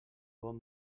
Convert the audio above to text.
bon